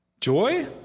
Joy